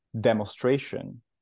demonstration